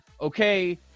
okay